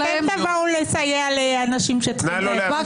אתם תבואו לסייע לאנשים שצריכים עזרה.